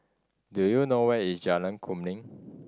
do you know where is Jalan Kemuning